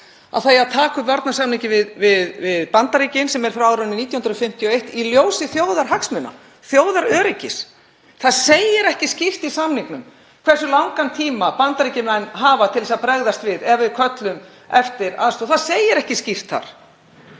það eigi að taka upp varnarsamninginn við Bandaríkin, sem er frá árinu 1951, í ljósi þjóðarhagsmuna, þjóðaröryggis. Það segir ekki skýrt í samningnum hversu langan tíma Bandaríkjamenn hafa til að bregðast við ef við köllum eftir aðstoð. Það segir ekki skýrt þar.